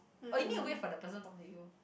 or you need to wait for the person talk to you